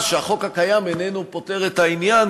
שהחוק הקיים איננו פותר את העניין,